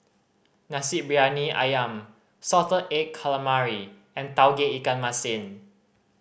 Nasi Briyani Ayam salted egg calamari and Tauge Ikan Masin